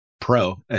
pro